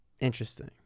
Interesting